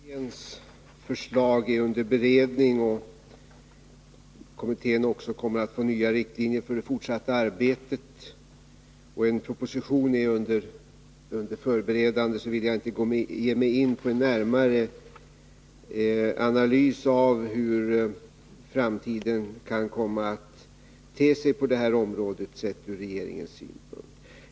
Fru talman! Eftersom mineralverkskommitténs förslag är under beredning, eftersom kommittén också kommer att få riktlinjer för det nya arbetet och eftersom en proposition är under förberedande, vill jag inte ge mig in på en närmare analys av hur framtiden kan komma att te sig på detta område sett ur regeringens synpunkt.